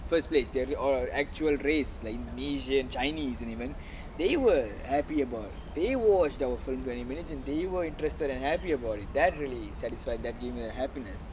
first place they be all actual race asian chinese even they were happy about it they watched the film and imagine they were interested and happy about it that really satisfied even the happiness